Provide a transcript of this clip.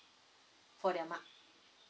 for their mark